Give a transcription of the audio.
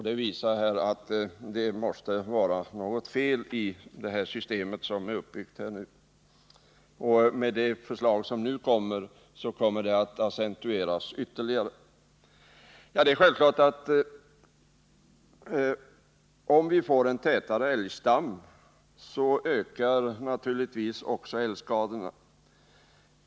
Det visar att det måste vara något feli det system som är uppbyggt, och med detta förslag kommer felet att accentueras ytterligare. Det är självklart att om vi får en tätare älgstam så ökar också älgskadorna.